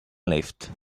lived